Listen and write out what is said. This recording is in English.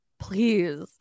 Please